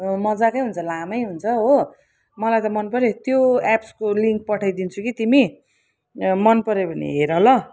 मजाकै हुन्छ लामै हुन्छ हो मलाई त मन पऱ्यो त्यो एप्सको लिङ्क पठाइदिन्छु कि तिमी मन पऱ्यो भने हेर ल